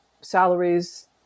salaries